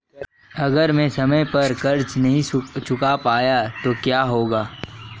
अगर मैं समय पर कर्ज़ नहीं चुका पाया तो क्या होगा?